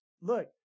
look